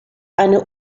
eine